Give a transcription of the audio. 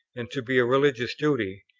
and to be a religious duty,